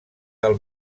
del